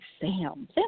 Sam